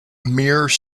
mere